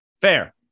Fair